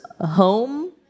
home